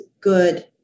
good